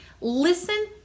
listen